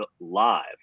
live